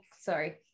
sorry